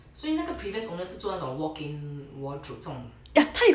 所以那个 previous owner 是做那种 walk-in wardrobe 这种